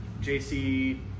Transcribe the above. JC